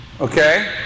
Okay